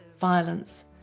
violence